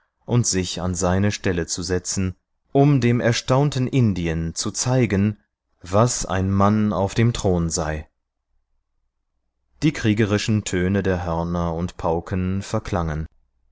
und sich an seine stelle zu setzen um dem erstaunten indien zu zeigen was ein mann auf dem thron sei die kriegerischen töne der hörner und pauken verklangen